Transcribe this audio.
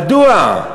מדוע?